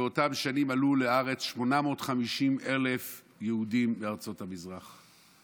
באותן שנים עלו לארץ 850,000 יהודים מארצות המזרח.